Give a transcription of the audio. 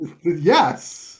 Yes